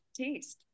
Taste